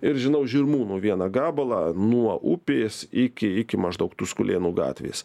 ir žinau žirmūnų vieną gabalą nuo upės iki iki maždaug tuskulėnų gatvės